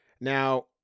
Now